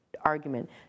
argument